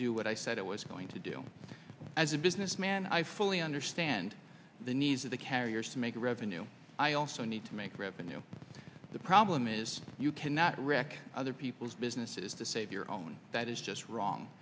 what i said it was going to do as a businessman i fully understand the needs of the carriers to make revenue i also need to make revenue the problem is you cannot wreck other people's businesses to save your own that is just wrong